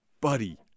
Buddy